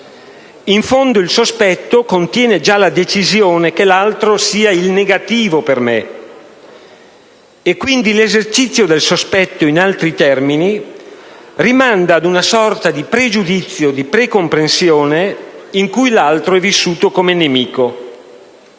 In fondo, il sospetto contiene già la decisione che l'altro sia il negativo per me; quindi, l'esercizio del sospetto, in altri termini, rimanda a una sorta di pregiudizio, di pre-comprensione in cui l'altro è vissuto come nemico.